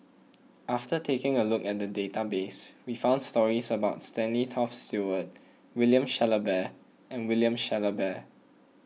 after taking a look at the database we found stories about Stanley Toft Stewart William Shellabear and William Shellabear